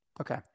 Okay